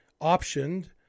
optioned